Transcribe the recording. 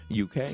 UK